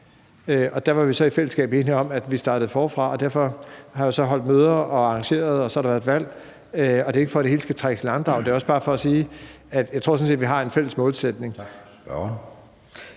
Der var vi så i fællesskab enige om, at vi skulle starte forfra. Derfor har jeg så holdt møder og arrangeret, og så har der været et valg. Det er ikke, fordi det hele skal trækkes i langdrag, men det er bare for at sige, at jeg sådan set tror, at vi har en fælles målsætning.